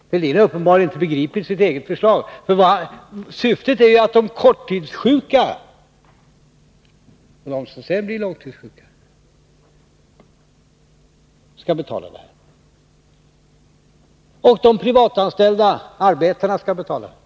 Thorbjörn Fälldin har uppenbarligen inte begripit sitt eget förslag. Syftet är ju att de korttidssjuka och de som sedan blir långtidssjuka samt de privatanställda arbetarna skall betala det här.